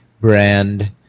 brand